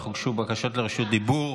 אך הוגשו בקשות לרשות דיבור.